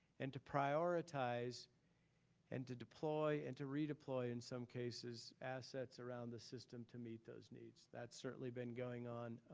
and to prioritize and to deploy, and to redeploy in some cases, assets around the system to meet those needs. that's certainly been going on.